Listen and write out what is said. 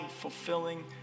fulfilling